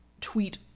tweet